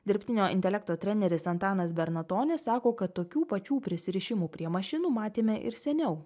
dirbtinio intelekto treneris antanas bernatonis sako kad tokių pačių prisirišimų prie mašinų matėme ir seniau